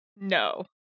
No